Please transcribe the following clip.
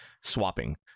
swapping